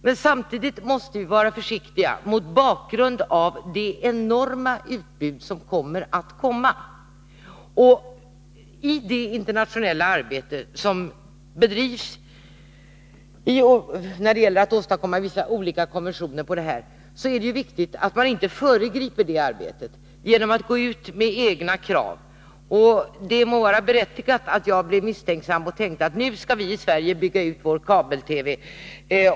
Men samtidigt måste vi vara försiktiga mot bakgrund av det enorma utbud som kommer. Det pågår ett internationellt arbete med att åstadkomma konventioner på detta område. Det är då viktigt att man inte föregriper det arbetet genom att gå ut med egna krav. Det må vara berättigat att jag blev misstänksam och trodde att vi i Sverige nu skulle bygga ut vår kabel-TV.